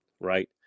right